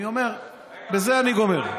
אני אומר בזה אני גומר.